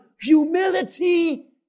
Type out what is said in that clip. humility